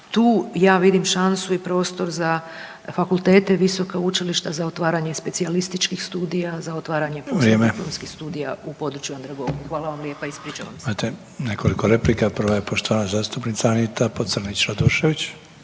Tu ja vidim šansu i prostor za fakultete i visoka učilišta za otvaranje specijalističkih studija, za otvaranje poslijediplomskim …/Upadica: Vrijeme./… studija u području andragogije. Hvala vam lijepa, ispričavam se.